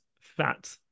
fat